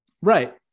right